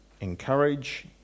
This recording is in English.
encourage